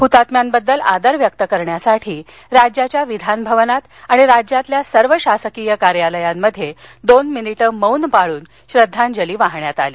हुतात्म्यांबद्दल आदर व्यक्त करण्यासाठी राज्याच्या विधान भवनात आणि राज्यातल्या सर्व शासकीय कार्यालयात दोन मिनिटे मौन पाळून श्रद्धांजली वाहण्यात आली